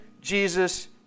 Jesus